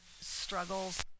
struggles